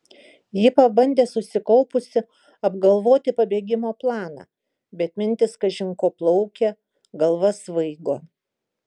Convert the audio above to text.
ji pabandė susikaupusi apgalvoti pabėgimo planą bet mintys kažin ko plaukė galva svaigo